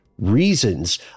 reasons